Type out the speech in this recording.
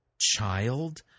child